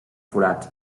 forats